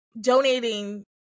donating